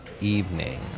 evening